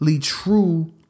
true